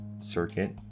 circuit